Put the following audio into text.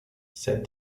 said